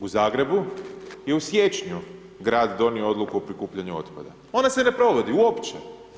U Zagrebu je u siječnju grad donio odluku o prikupljanju otpada, ona se ne provodi uopće.